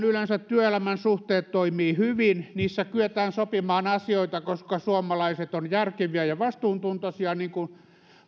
yleensä työelämän suhteet toimivat hyvin niissä kyetään sopimaan asioita koska suomalaiset ovat järkeviä ja vastuuntuntoisia niin kuin